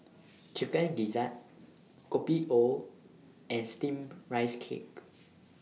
Chicken Gizzard Kopi O and Steamed Rice Cake